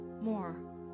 more